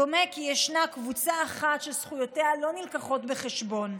דומה כי יש קבוצה אחת שזכויותיה לא מובאות בחשבון,